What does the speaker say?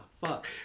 fuck